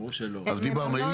אז דיברנו,